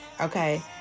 okay